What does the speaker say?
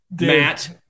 Matt